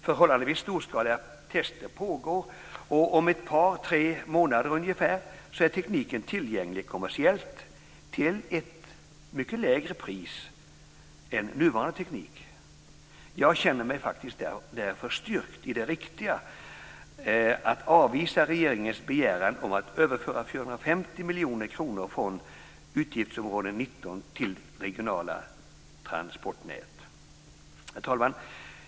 Förhållandevis storskaliga test pågår och om ett par tre månader ungefär är tekniken tillgänglig kommersiellt till mycket lägre pris än nuvarande teknik. Jag känner mig därför styrkt beträffande det riktiga i att avvisa regeringens begäran om att överföra 450 miljoner kronor från utgiftsområde 19 till regionala transportnät. Herr talman!